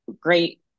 great